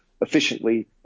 efficiently